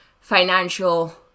financial